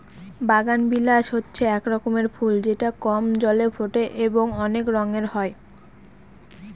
বাগানবিলাস হচ্ছে এক রকমের ফুল যেটা কম জলে ফোটে এবং অনেক রঙের হয়